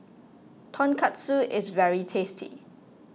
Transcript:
Tonkatsu is very tasty